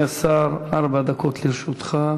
אדוני השר, ארבע דקות לרשותך.